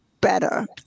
better